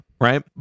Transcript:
right